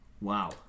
Wow